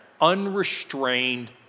unrestrained